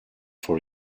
four